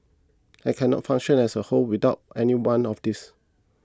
I cannot function as a whole without any one of these